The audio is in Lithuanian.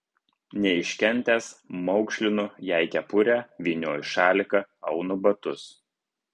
neiškentęs maukšlinu jai kepurę vynioju šaliką aunu batus